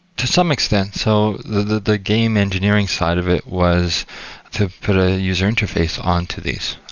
to some extent. so the the game engineering side of it was to put a user interface on to these,